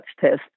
test